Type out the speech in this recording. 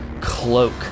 cloak